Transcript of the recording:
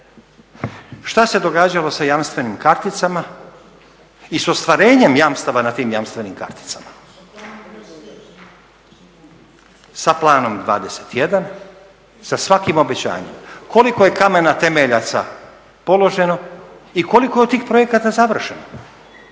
Šta se događalo sa jamstvenim karticama i s ostvarenjem jamstava na tim jamstvenim karticama, sa Planom 21 sa svakim obećanjem? Koliko je kamena temeljca položeno i koliko je od tih projekata završeno?